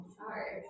sorry